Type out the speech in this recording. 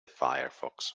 firefox